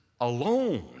alone